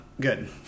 Good